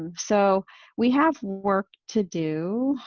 um so we have work to do.